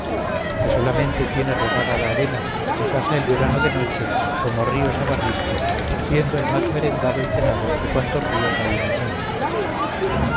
que solamente tiene regada la arena y pasa el verano de noche como río navarrisco siendo el más merendado y cenado de cuantos ríos hay en el mundo